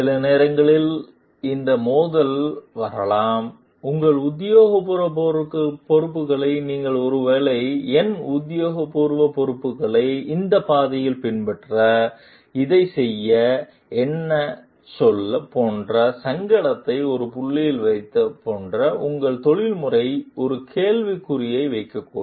சில நேரங்களில் இந்த மோதல் வரலாம் உங்கள் உத்தியோகபூர்வ பொறுப்புகளை நீங்கள் ஒருவேளை என் உத்தியோகபூர்வ பொறுப்புகளை இந்த பாதையை பின்பற்ற இதை செய்ய என்னை சொல்ல போன்ற சங்கடத்தை ஒரு புள்ளி வைத்து போன்ற உங்கள் தொழில்முறை ஒரு கேள்வி குறி வைக்க கூடும்